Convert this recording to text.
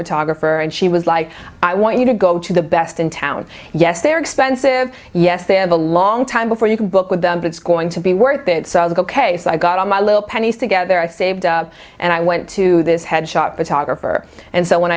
photographer and she was like i want you to go to the best in town yes they're expensive yes they have a long time before you can book with them but it's going to be worth it so i was ok so i got on my little pennies together i saved and i went to this head shop to talk over and so when